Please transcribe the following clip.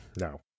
no